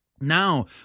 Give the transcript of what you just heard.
now